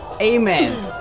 amen